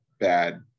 bad